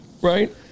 Right